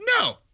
no